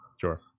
sure